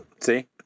See